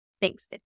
Thanks